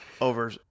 over